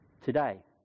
today